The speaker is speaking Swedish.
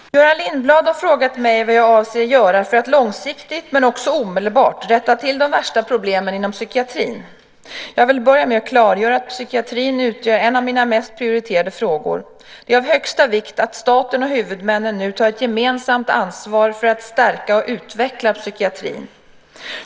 Herr talman! Göran Lindblad har frågat mig vad jag avser att göra för att långsiktigt men också omedelbart rätta till de värsta problemen inom psykiatrin. Jag vill börja med att klargöra att psykiatrin utgör en av mina mest prioriterade frågor. Det är av högsta vikt att staten och huvudmännen nu tar ett gemensamt ansvar för att stärka och utveckla psykiatrin.